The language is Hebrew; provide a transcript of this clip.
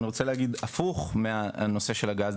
אני רוצה להגיד הפוך מהנושא של הגז,